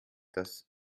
dass